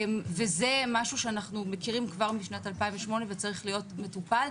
וזה משהו שאנחנו מכירים כבר משנת 2008 וצריך להיות מטופל.